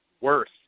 worse